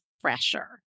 fresher